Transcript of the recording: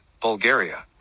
Bulgaria